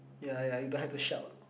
ya ya you don't have to shout